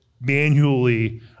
manually